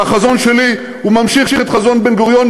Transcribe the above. והחזון שלי ממשיך את חזון בן-גוריון,